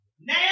Now